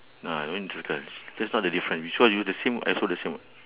no ah don't circle that's not the difference we check you the same I also the same [what]